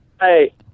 Hey